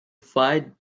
fight